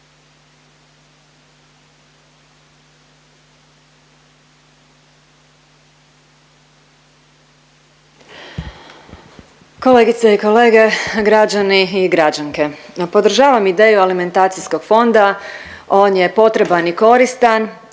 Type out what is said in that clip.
Kolegice i kolege, građani i građanke. Podržavam ideju alimentacijskog fonda, on je potreban i koristan,